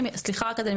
סליחה רק אדוני,